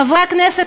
חברי הכנסת,